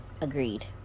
Agreed